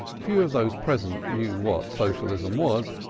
few of those present knew what socialism was,